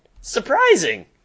Surprising